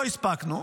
לא הספקנו,